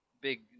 big